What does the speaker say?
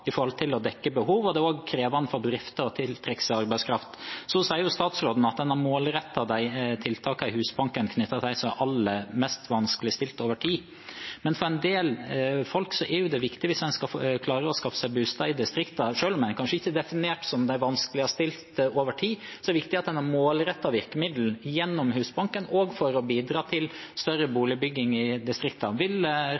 i forhold til behovet, og det er også krevende for bedrifter å tiltrekke seg arbeidskraft. Statsråden sier at man har målrettet tiltakene i Husbanken knyttet til dem som er aller mest vanskeligstilt over tid. Men for en del er det viktig hvis man skal klare å skaffe seg bolig i distriktene – selv om man kanskje ikke er definert som vanskeligstilt over tid – at en har målrettede virkemidler gjennom Husbanken også for å bidra til mer boligbygging i distriktene. Vil regjeringen være positivt innstilt til å vri virkemidlene slik at en i større